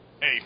Hey